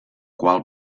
qual